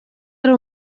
ari